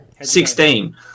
Sixteen